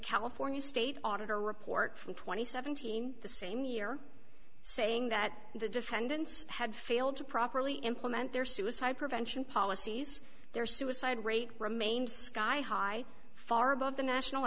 california state auditor report from twenty seventeen the same year saying that the defendants had failed to properly implement their suicide prevention policies their suicide rate remained sky high far above the national